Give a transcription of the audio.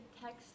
text